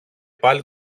πάλι